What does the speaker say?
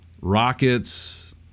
rockets